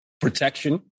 protection